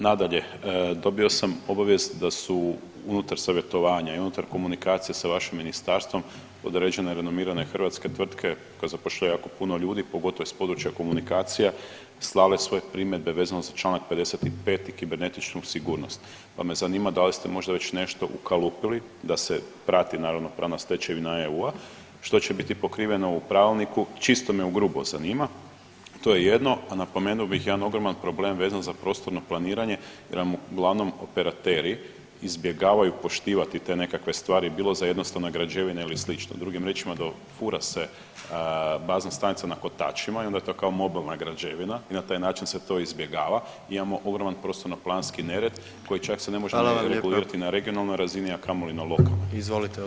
Nadalje, dobio sam obavijest da su unutar savjetovanja i unutar komunikacije sa vašim ministarstvom određene renomirane hrvatske tvrtke koje zapošljavaju jako puno ljudi pogotovo iz područja komunikacija slale svoje primjedbe vezano za čl. 55. i kibernetičnu sigurnost, pa me zanima da li ste možda već nešto ukalupili da se prati naravno prema stečaju … [[Govornik se ne razumije]] što će biti pokriveno u pravilniku, čisto me ugrubo zanima, to je jedno, a napomenuo bih jedan ogroman problem vezan za prostorno planiranje jer uglavnom operateri izbjegavaju poštivati te nekakve stvari bilo za jednostavne građevine ili slično, drugim riječima dofura se bazna stanica na kotačima i onda je to kao mobilna građevina i na taj način se to izbjegava, imamo ogroman prostorno planski nered koji čak se ne može … [[Govornik se ne razumije]] na regionalnoj razini, a kamoli na lokalnoj.